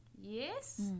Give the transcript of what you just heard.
yes